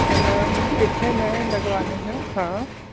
तो मैम कितने में लगवाने हैं हाँ